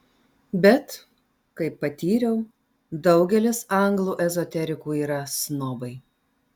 bet kaip patyriau daugelis anglų ezoterikų yra snobai